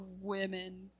women